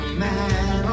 man